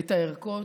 את שמירת הערכות,